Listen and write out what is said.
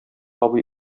абый